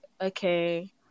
okay